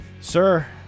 Sir